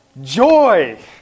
Joy